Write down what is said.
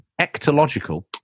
Ectological